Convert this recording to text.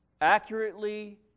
accurately